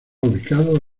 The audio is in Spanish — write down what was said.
ubicado